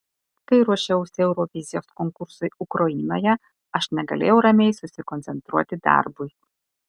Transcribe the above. kai ruošiausi eurovizijos konkursui ukrainoje aš negalėjau ramiai susikoncentruoti darbui